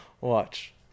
Watch